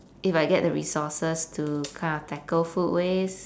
if I get the resources to kind of tackle food waste